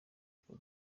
utwo